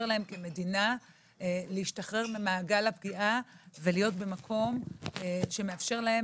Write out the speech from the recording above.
להן כמדינה להשתחרר ממעגל הפגיעה ולהיות במקום שמאפשר להן